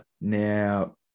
Now